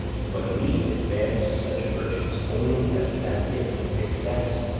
but we advance such virtues only as admit excess,